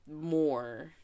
more